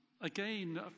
Again